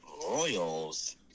Royals